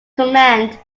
command